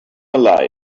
alive